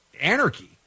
anarchy